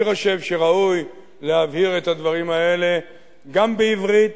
אני חושב שראוי להבהיר את הדברים האלה גם בעברית,